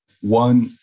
One